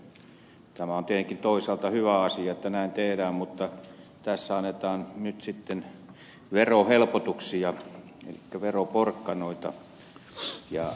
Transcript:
tämä on tietenkin toisaalta hyvä asia että näin tehdään mutta tässä annetaan nyt sitten verohelpotuksia elikkä veroporkkanoita